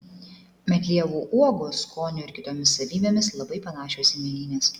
medlievų uogos skoniu ir kitomis savybėmis labai panašios į mėlynes